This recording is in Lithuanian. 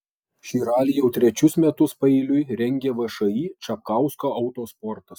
šį ralį jau trečius metus paeiliui rengia všį čapkausko autosportas